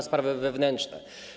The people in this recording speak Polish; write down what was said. Sprawy wewnętrzne.